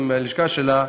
עם הלשכה שלה,